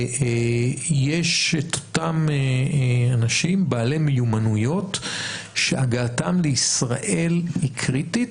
יש את אותם אנשים בעלי מיומנויות שהגעתם לישראל היא קריטית,